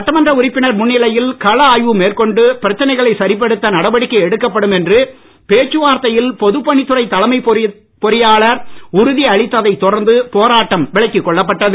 சட்டமன்ற உறுப்பினர் முன்னிலையில் களஆய்வு மேற்கொண்டு பிரச்சனைகளை சரிபடுத்த நடவடிக்கை எடுக்கப்படும் என்று பேச்சுவார்த்தையில் பொதுப் பணித்துறை தலைமை பொறியாளர் உறுதி அளித்ததைத் தொடர்ந்து போராட்டம் விலக்கிக் கொள்ளப்பட்டது